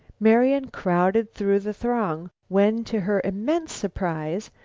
marian crowded through the throng when, to her immense surprise,